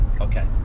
Okay